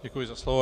Děkuji za slovo.